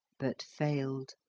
but failed